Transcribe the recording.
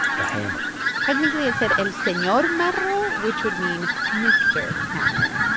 the hammer technically it said el senor marro, which would mean mr. hammer.